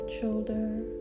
shoulder